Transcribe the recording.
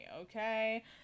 Okay